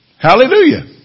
Hallelujah